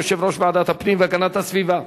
יושב-ראש ועדת הפנים והגנת הסביבה.